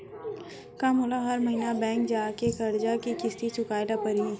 का मोला हर महीना बैंक जाके करजा के किस्ती चुकाए ल परहि?